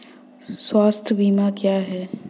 स्वास्थ्य बीमा क्या है?